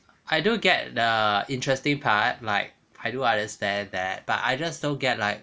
I do get the interesting part like I do understand that but I just don't get like